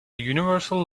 universal